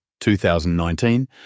2019